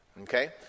Okay